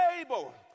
able